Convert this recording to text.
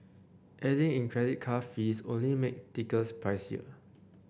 adding in credit card fees only make tickets pricier